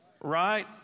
Right